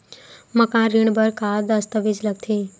मकान ऋण बर का का दस्तावेज लगथे?